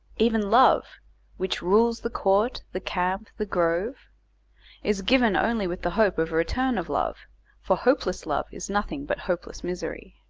even love which rules the court, the camp, the grove is given only with the hope of a return of love for hopeless love is nothing but hopeless misery.